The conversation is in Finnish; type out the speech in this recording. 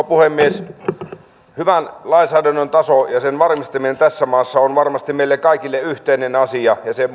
puhemies hyvän lainsäädännön taso ja sen varmistaminen tässä maassa on varmasti meille kaikille yhteinen asia ja se